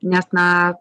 nes na